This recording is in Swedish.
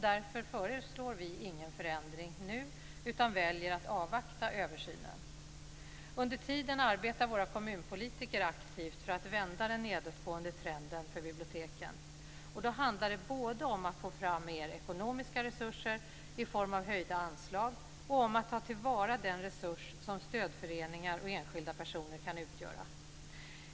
Därför föreslår vi ingen förändring nu utan väljer att avvakta översynen. Under tiden arbetar våra kommunpolitiker aktivt för att vända den nedåtgående trenden för biblioteken. Det handlar både om att få fram mer ekonomiska resurser i form av höjda anslag och om att ta till vara den resurs som stödföreningar och enskilda personer kan utgöra.